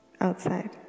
outside